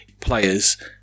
players